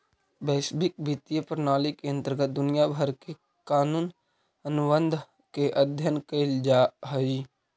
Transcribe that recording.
वैश्विक वित्तीय प्रणाली के अंतर्गत दुनिया भर के कानूनी अनुबंध के अध्ययन कैल जा हई